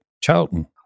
Charlton